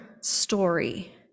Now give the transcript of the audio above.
story